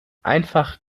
einfach